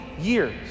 years